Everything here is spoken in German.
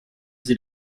sie